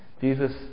Jesus